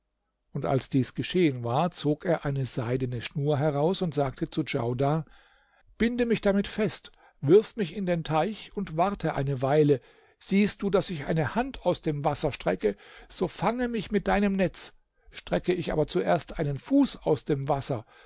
und als dies geschehen war zog er eine seidene schnur heraus und sagte zu djaudar binde mich damit fest wirf mich in den teich und warte eine weile siehst du daß ich eine hand aus dem wasser strecke so fange mich mit deinem netz strecke ich aber zuerst einen fuß aus dem wasser